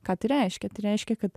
ką tai reiškia tai reiškia kad